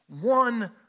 one